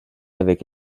avec